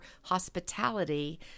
hospitality